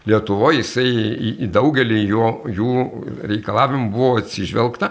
lietuvoj jisai į į daugelį jo jų reikalavimų buvo atsižvelgta